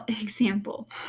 example